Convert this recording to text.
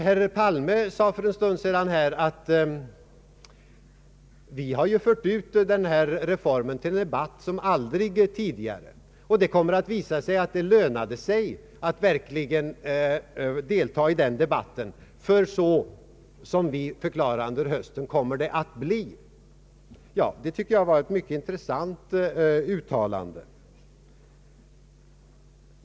Herr Palme sade för en stund sedan att man fört ut denna reform till debatt på ett sätt som aldrig tidigare varit fallet och att det kommer att visa sig att det lönar sig att verkligen delta i denna debatt eftersom det kommer att bli på det sätt som man förklarade under hösten. Jag tycker att detta är ett mycket intressant uttalande.